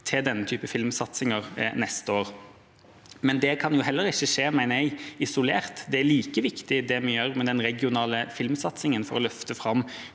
til denne typen filmsatsinger neste år. Men det kan heller ikke skje isolert. Det er like viktig det vi gjør med den regionale filmsatsingen for å løfte fram